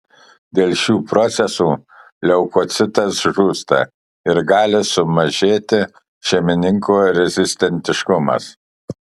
dėl šių procesų leukocitas žūsta ir gali sumažėti šeimininko rezistentiškumas